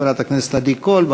חברת הכנסת עדי קול.